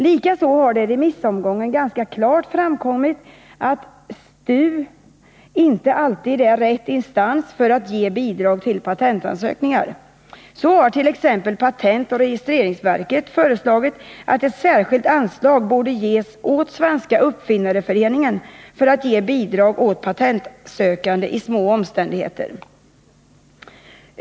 Likaså har det i remissomgången ganska klart framkommit att STU inte alltid är rätt instans när det gäller att ge bidrag till patentansökningar. Så har t.ex. patentoch registreringsverket föreslagit att ett särskilt anslag skall ges åt Svenska uppfinnareföreningen för att denna skall kunna ge bidrag åt patentsökande i små omständigheter.